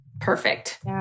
Perfect